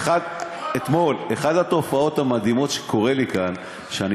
אין דבר כזה היום בלילה.